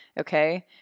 okay